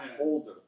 older